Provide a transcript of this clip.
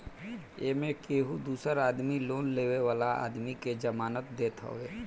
एमे केहू दूसर आदमी लोन लेवे वाला आदमी के जमानत देत हवे